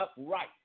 upright